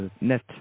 net